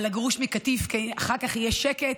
על הגירוש מגוש קטיף: אחר כך יהיה שקט,